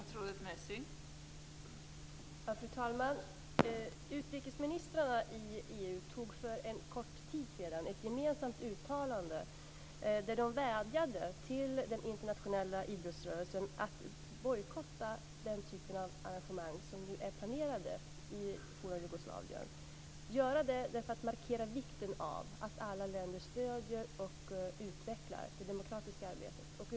Fru talman! Utrikesministrarna i EU gjorde för en kort tid sedan ett gemensamt uttalande där de vädjade till den internationella idrottsrörelsen att bojkotta den typen av arrangemang som nu är planerat i det forna Jugoslavien. I detta uttalande markerades vikten av att alla länder stöder och vill utveckla det demokratiska arbetet.